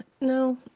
No